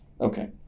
okay